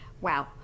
Wow